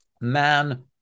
Man